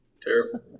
terrible